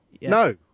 No